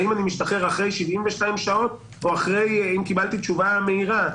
האם אני משתחרר אחרי 72 או אחרי שקיבלתי תשובה מהירה?